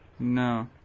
No